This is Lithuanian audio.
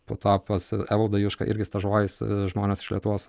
po to pas evaldą jušką irgi stažuojasi žmonės iš lietuvos